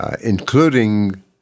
including